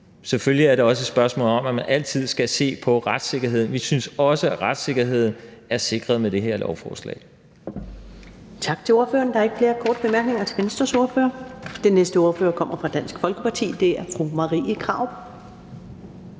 Selvfølgelig er det også altid et spørgsmål om, at man skal se på retssikkerheden, og vi synes også, at retssikkerheden er sikret med det her lovforslag.